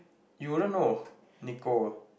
you wouldn't know Nicole